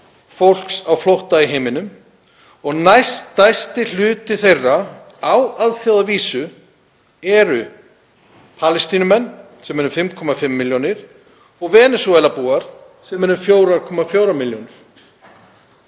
fólks á flótta í heiminum og næststærsti hluti þess á alþjóðavísu eru Palestínumenn, sem eru 5,5 milljónir, og Venesúelabúar, sem eru 4,4 milljónir.